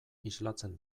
islatzen